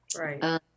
right